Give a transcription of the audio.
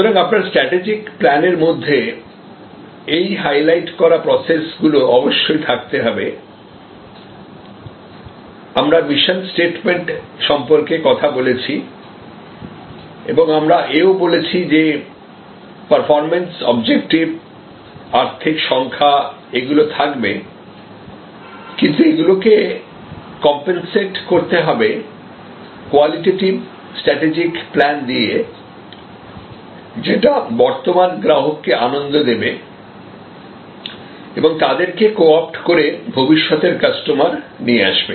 সুতরাং আপনার strategic plan এর মধ্যে এই হাইলাইট করা প্রসেস গুলো অবশ্যই থাকতে হবে আমরা মিশন স্টেটমেন্ট সম্পর্কে কথা বলেছি এবং আমরা এও বলেছিলাম যে পারফরম্যান্স অবজেক্টিভ আর্থিক সংখ্যা এগুলি থাকবে কিন্তু এগুলোকে কম্পনসেট করতে হবে কোয়ালিটেটিভ স্ট্র্যাটেজিক প্ল্যান দিয়ে যেটা বর্তমান গ্রাহককে আনন্দ দেবে এবং তাদেরকে কো অপ্ট করে ভবিষ্যতের কাস্টমার নিয়ে আসবে